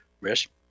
risk